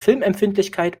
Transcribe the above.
filmempfindlichkeit